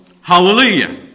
Hallelujah